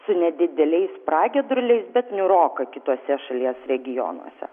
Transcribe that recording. su nedideliais pragiedruliais bet niūroka kituose šalies regionuose